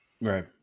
Right